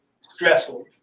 stressful